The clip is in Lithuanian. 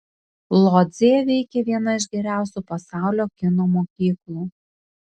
lodzėje veikia viena iš geriausių pasaulio kino mokyklų